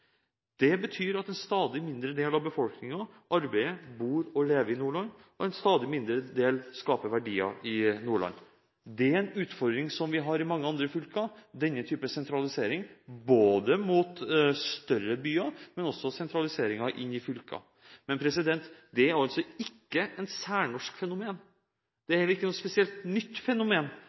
Det betyr at en stadig mindre del av befolkningen bor, arbeider og lever i Nordland, og en stadig mindre del skaper verdier i Nordland. Denne typen sentralisering er en utfordring som vi også har i veldig mange andre fylker – både en sentralisering mot større byer og en sentralisering innen fylkene. Men det er ikke noe særnorsk fenomen, det er heller ikke noe spesielt nytt fenomen.